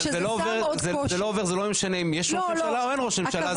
זה לא עובר זה לא משנה אם יש ראש ממשלה או אין ראש ממשלה,